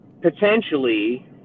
potentially